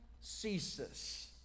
ceases